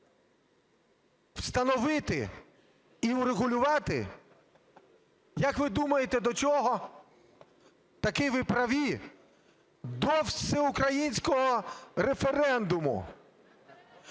встановити і урегулювати, як ви думаєте, до чого? Так, ви праві, до всеукраїнського референдуму.